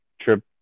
trip